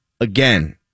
Again